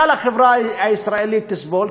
כלל החברה הישראלית תסבול,